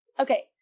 Okay